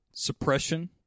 Suppression